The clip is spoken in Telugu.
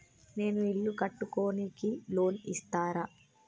నేను ఇల్లు కట్టుకోనికి లోన్ ఇస్తరా?